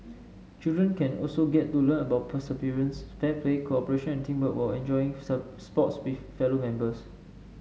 children can also get to learn about perseverance fair play cooperation and teamwork while enjoying sports with fellow members